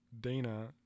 Dana